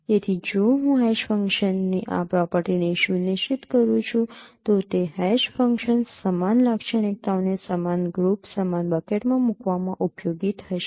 તેથી જો હું હેશ ફંક્શનની આ પ્રોપર્ટીને સુનિશ્ચિત કરી શકું છું તો તે હેશ ફંક્શન્સ સમાન લાક્ષણિકતાઓને સમાન ગ્રુપ સમાન બકેટમાં મૂકવામાં ઉપયોગી થશે